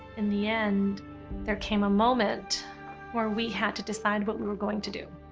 in the end there came a moment where we had to decide what we were going to do.